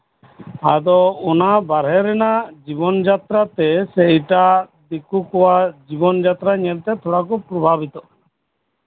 ᱟᱫᱚ ᱵᱟᱦᱨᱮ ᱨᱮᱱᱟᱜ ᱡᱤᱵᱚᱱ ᱡᱟᱛᱨᱟ ᱛᱮ ᱥᱮ ᱮᱴᱟᱜ ᱫᱤᱠᱩ ᱠᱚᱣᱟᱜ ᱡᱤᱵᱚᱱ ᱡᱟᱛᱨᱟ ᱧᱮᱞᱛᱮ ᱛᱷᱚᱲᱟ ᱠᱚ ᱯᱨᱚᱵᱷᱟᱵᱤᱛᱚᱜ ᱠᱟᱱᱟ